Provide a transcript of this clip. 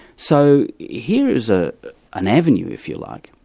so here is ah an avenue, if you like,